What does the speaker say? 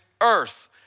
earth